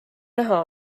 näha